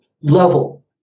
level